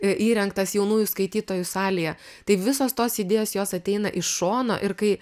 įrengtas jaunųjų skaitytojų salėje tai visos tos idėjos jos ateina iš šono ir kai